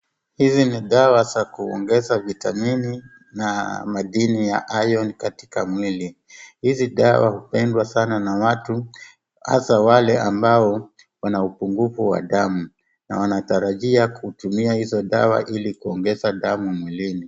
Hizi ni dawa za kuongeza vitamini na madini ya [cvs]iron katika mwili. Hizi dawa hupendwa sana na watu hasa wale ambao wana upungufu wa damu na wanatarajia kutumia hizo dawa ili kuongeza damu mwilini.